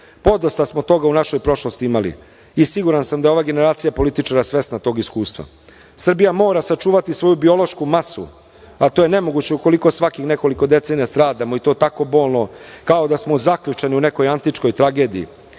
nikada. Podosta smo toga u našoj prošlosti imali i siguran sam da je ova generacija političara svesna tog iskustva. Srbija mora sačuvati svoju biološku masu, a to je nemoguće ukoliko svakih nekoliko decenija stradamo, i to tako bolno, kao da smo zaključani u nekoj antičkoj tragediji.